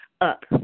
up